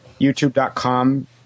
YouTube.com